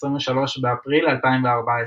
23 באפריל 2014